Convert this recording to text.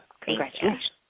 congratulations